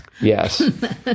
Yes